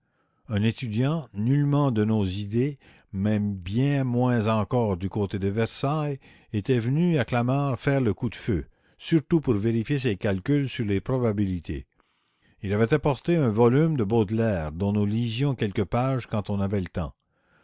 un étudiant nullement de nos idées mais bien moins encore du côté de versailles était venu à clamart faire le coup de feu surtout pour vérifier ses calculs sur les probabilités il avait apporté un volume de baudelaire dont nous lisions quelques pages quand on avait le temps